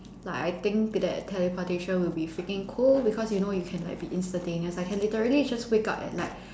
like I think that teleportation will be freaking cool because you know you can like be instantaneous I can literally just wake up at night